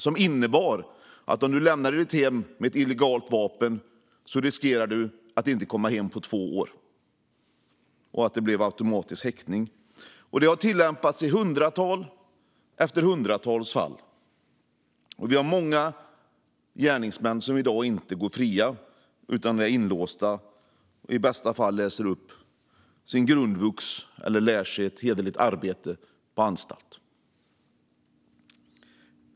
Det innebar att om du lämnade ditt hem med ett illegalt vapen riskerade du att inte komma hem på två år, och det blev automatiskt häktning. Det har tillämpats i hundratals efter hundratals fall. Vi har många gärningsmän som i dag inte går fria utan är inlåsta. De läser i bästa fall in sin grundvux eller lär sig ett hederligt arbete på anstalt.